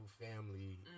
family